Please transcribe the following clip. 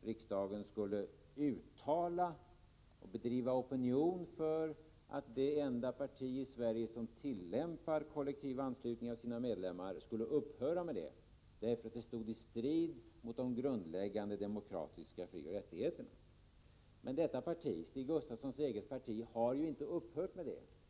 riksdagen skulle driva opinion för och uttala att det enda parti i Sverige som tillämpar kollektiv anslutning av sina medlemmar skulle upphöra med det, därför att det stod i strid med de grundläggande demokratiska frioch rättigheterna. Men detta parti, Stig Gustafssons eget parti, har inte upphört med denna tillämpning.